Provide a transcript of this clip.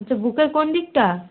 আচ্ছা বুকের কোন দিকটা